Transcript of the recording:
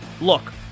Look